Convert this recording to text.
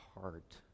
heart